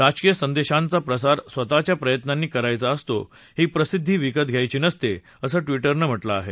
राजकीय संदेशांचा प्रसार स्वतःच्या प्रयत्नांनी करायचा असतो ही प्रसिद्धी विकत घ्यायची नसते असं ट्वीटरनं म्हटलं आहे